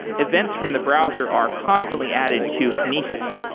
events from the browser are constantly added to kinesis,